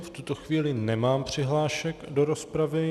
V tuto chvíli nemám přihlášek do rozpravy.